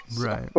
Right